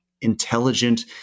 intelligent